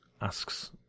asks